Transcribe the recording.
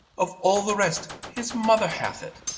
of all the rest, his mother hath it,